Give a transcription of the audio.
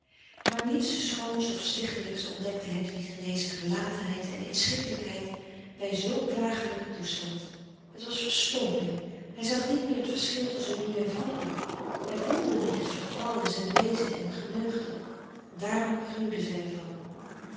maar niets schoons of stichtelijks ontdekte hedwig in deze gelatenheid en inschikkelijkheid bij zoo klagelijken toestand het was verstomping hij zag niet meer t verschil tusschen nu en vroeger hij voelde niet het verval in zijn wezen en geneuchten daarom gruwde zij